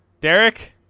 Derek